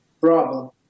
problem